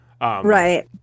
Right